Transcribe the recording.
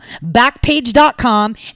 backpage.com